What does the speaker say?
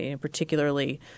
particularly